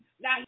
Now